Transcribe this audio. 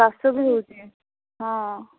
କାଶ ବି ହେଉଛି ହଁ